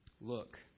Look